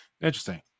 interesting